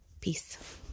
peace